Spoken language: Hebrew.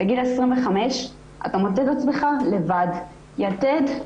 בגיל 25, אתה מוצא את עצמך לבד, "יתד"